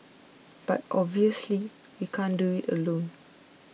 but obviously we can't do it alone